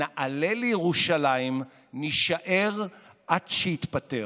נעלה לירושלים, נישאר עד שיתפטר.